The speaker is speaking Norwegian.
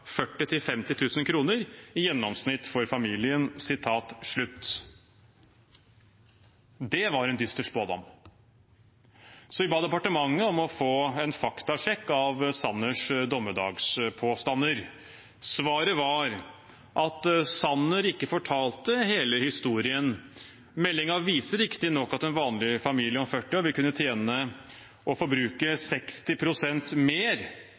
kroner i gjennomsnitt for familien.» Det var en dyster spådom, så vi ba departementet om å få en faktasjekk av Sanners dommedagspåstander. Svaret var at Sanner ikke fortalte hele historien. Meldingen viser riktignok at en vanlig familie om 40 år vil kunne tjene og forbruke 60 pst. mer